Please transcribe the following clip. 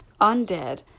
undead